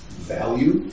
value